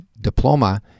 diploma